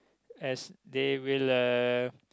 as they will uh